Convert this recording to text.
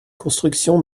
construction